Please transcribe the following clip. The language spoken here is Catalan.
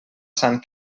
sant